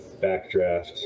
backdraft